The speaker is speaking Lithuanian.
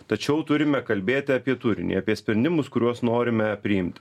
tačiau turime kalbėti apie turinį apie sprendimus kuriuos norime priimti